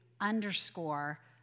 underscore